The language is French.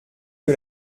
que